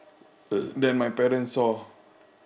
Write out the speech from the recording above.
then my parent saw